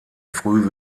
früh